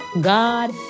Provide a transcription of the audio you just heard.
God